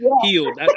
healed